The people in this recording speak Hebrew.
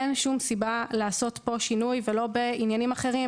אין שום סיבה לעשות פה שינוי ולא בעניינים אחרים,